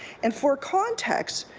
and for context,